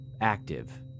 active